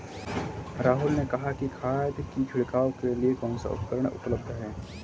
राहुल ने कहा कि खाद की छिड़काव के लिए कौन सा उपकरण उपलब्ध है?